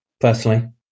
personally